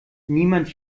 niemand